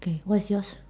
okay what's yours